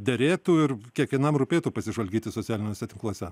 derėtų ir kiekvienam rūpėtų pasižvalgyti socialiniuose tinkluose